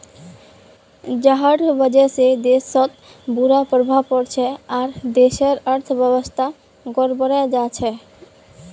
जहार वजह से देशत बुरा प्रभाव पोरछेक आर देशेर अर्थव्यवस्था गड़बड़ें जाछेक